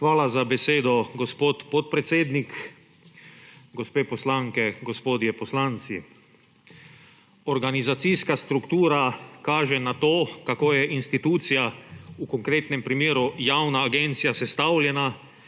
Hvala za besedo, gospod podpredsednik. Gospe poslanke, gospodje poslanci! Organizacijska struktura kaže na to, kako je institucija, v konkretnem primeru javna agecija, sestavljena,